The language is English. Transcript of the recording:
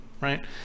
right